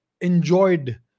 enjoyed